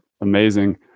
amazing